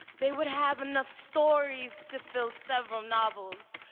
they would have enough stories to fill several novels,